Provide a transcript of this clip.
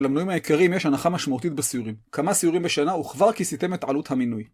למינויים העיקריים יש הנחה משמעותית בסיורים. כמה סיורים בשנה וכבר כיסיתם את עלות המינוי.